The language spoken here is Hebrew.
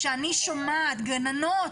כשאני שומעת גננות,